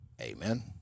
Amen